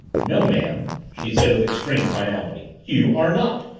no, ma'am, she said with extreme finality. you are not.